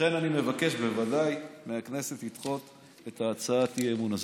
לכן אני בוודאי מבקש מהכנסת לדחות את הצעת האי-אמון הזאת.